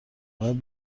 باید